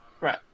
right